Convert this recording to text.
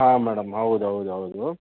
ಹಾಂ ಮೇಡಮ್ ಹೌದು ಹೌದು ಹೌದು